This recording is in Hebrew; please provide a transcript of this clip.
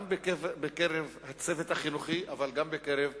גם בקרב הצוות החינוכי, אבל גם בקרב ההורים.